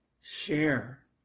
Share